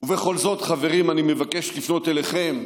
ובכל זאת, חברים, אני מבקש לפנות אליכם,